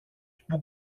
πού